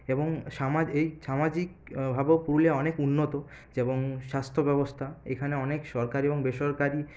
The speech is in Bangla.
এবং সামাজিক এই সামাজিকভাবেও পুরুলিয়া অনেক উন্নত যেবং স্বাস্থ্যব্যবস্থা এখানে অনেক সরকারি এবং বেসরকারি